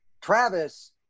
Travis